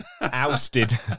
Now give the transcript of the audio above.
ousted